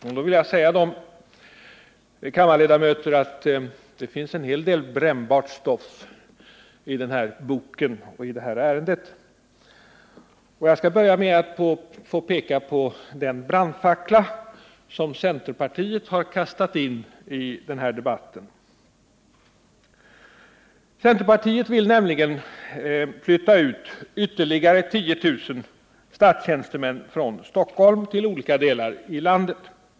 Jag vill svara kammarens ledamöter att det finns en hel del brännbart stoff i denna ”bok” och i detta ärende. Jag skall börja med att peka på den brandfackla som centerpartiet har kastat in i debatten. Centerpartiet vill nämligen flytta ut ytterligare 10 000 statstjänstemän från Stockholm till olika delar av landet.